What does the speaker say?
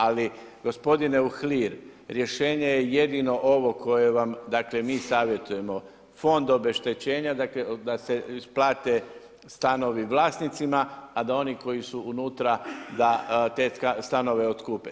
Ali gospodine Uhlir rješenje je jedino ovo koje vam mi savjetujemo, fond obeštećenja da se isplate stanovi vlasnicima, a da oni koji su unutra da te stanove otkupe.